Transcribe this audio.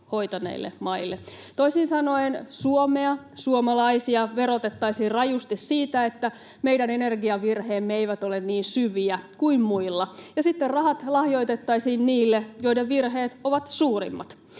hoitaneille maille. Toisin sanoen Suomea, suomalaisia, verotettaisiin rajusti siitä, että meidän energiavirheemme eivät ole niin syviä kuin muilla, ja sitten rahat lahjoitettaisiin niille, joiden virheet ovat suurimmat.